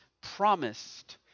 promised